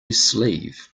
sleeve